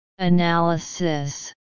analysis